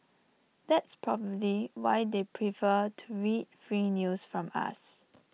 that's probably why they prefer to read free news from us